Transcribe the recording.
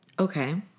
Okay